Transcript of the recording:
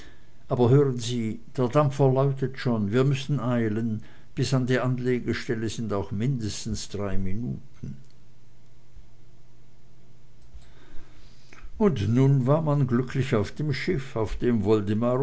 aber hören sie der dampfer läutet schon wir müssen eilen bis an die anlegestelle sind noch mindestens drei minuten und nun war man glücklich auf dem schiff auf dem woldemar